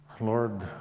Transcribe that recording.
Lord